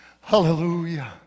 Hallelujah